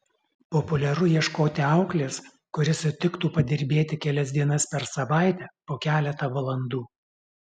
populiaru ieškoti auklės kuri sutiktų padirbėti kelias dienas per savaitę po keletą valandų